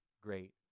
great